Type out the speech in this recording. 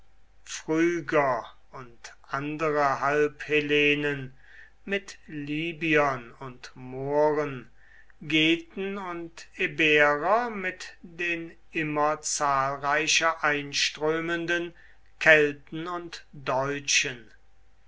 phryger und andere halbhellenen mit libyern und mohren geten und iberer mit den immer zahlreicher einströmenden kelten und deutschen